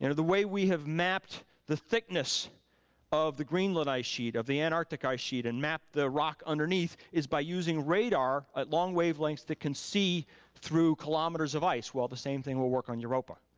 and the way we have mapped the thickness of the greenland ice sheet, of the antarctic ice sheet, and mapped the rock underneath is by using radar at long wavelengths that can see through kilometers of ice. well the same thing will work on europa.